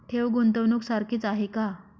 ठेव, गुंतवणूक सारखीच आहे का?